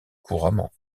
couramment